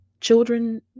children